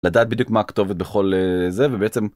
לדעת בדיוק מה כתובת בכל זה ובעצם.